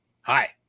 Hi